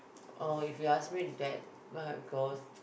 uh if you ask me that right because